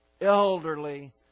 elderly